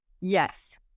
Yes